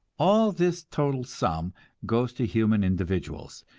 all this total sum goes to human individuals,